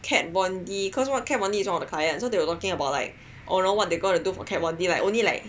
Kat Von D cause what Kat Von D is one of the client so they were talking about like oh know what they are going to do for Kat Von D like only like